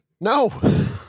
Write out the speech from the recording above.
No